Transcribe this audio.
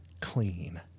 clean